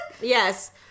Yes